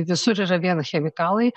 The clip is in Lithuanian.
visur yra vien chemikalai